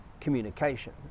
communication